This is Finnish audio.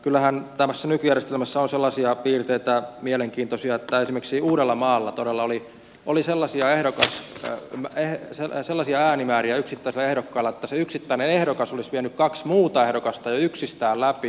kyllähän tässä nykyjärjestelmässä on sellaisia mielenkiintoisia piirteitä että esimerkiksi uudellamaalla todella oli sellaisia jos mä en ole sellaisia äänimääriä yksittäisillä ehdokkailla että se yksittäinen ehdokas olisi vienyt kaksi muuta ehdokasta jo yksistään läpi